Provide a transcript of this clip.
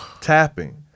tapping